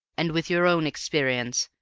and, with your own experience,